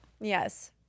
Yes